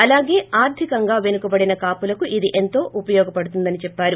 అలాగే ఆర్గికంగా పెనుకబడిన కాపులకు ఇది ఎంతో ఉపయోగపడుతుందని చెప్పారు